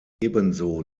ebenso